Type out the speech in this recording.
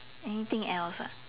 anything else ah